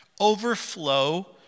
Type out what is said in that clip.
overflow